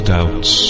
Doubts